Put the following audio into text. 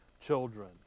children